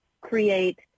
create